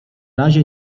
razie